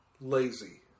lazy